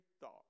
thought